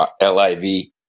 L-I-V